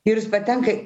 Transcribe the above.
ir jis patenka